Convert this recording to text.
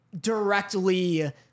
directly